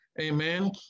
Amen